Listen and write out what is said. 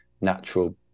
natural